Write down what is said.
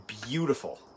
beautiful